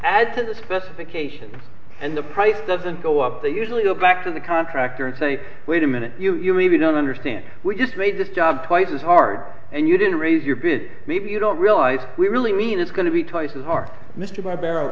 add to the specifications and the price doesn't go up they usually go back to the contractor and say wait a minute you you maybe don't understand we just made this job twice as hard and you didn't raise your bid maybe you don't realize we really mean it's going to be twice as hard mr bar